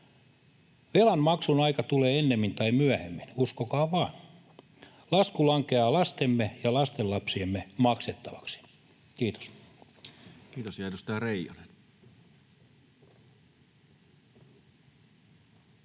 Velanmaksun aika tulee ennemmin tai myöhemmin, uskokaa vaan. Lasku lankeaa lastemme ja lastenlapsiemme maksettavaksi. — Kiitos.